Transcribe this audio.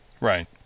Right